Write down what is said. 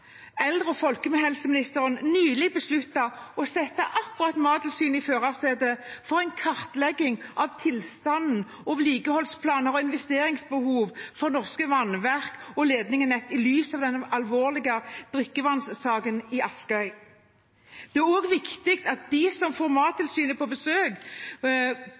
eldre- og folkehelseministeren nylig besluttet å sette Mattilsynet i førersetet når det gjelder en kartlegging av tilstanden, vedlikeholdsplanene og investeringsbehovet til norske vannverk og ledningsnett, i lys av den alvorlige drikkevannssaken i Askøy. Det er også viktig at de som får Mattilsynet på